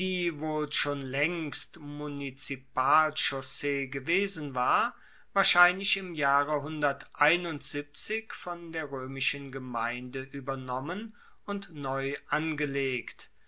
schon laengst munizipalchaussee gewesen war wahrscheinlich im jahre von der roemischen gemeinde uebernommen und neu angelegt